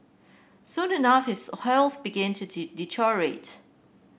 soon enough his health began to deteriorate